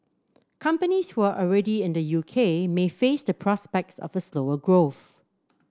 companies who are already in the U K may face the prospects of a slower growth